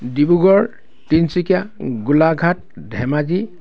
Dibrugarh Tinsukia Golaghat Dhemaji